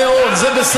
למה אתה מתנגד?